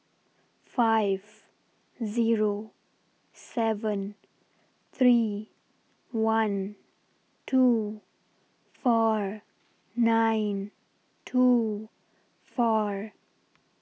five Zero seven three one two four nine two four